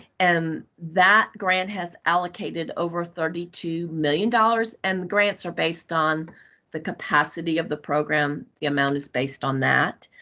and that grant has allocated over thirty two million dollars, and grants are based on the capacity of the program. the amount is based on that.